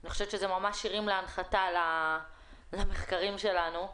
אני חושבת שזה ממש הרים להנחתה למחקרים שלנו.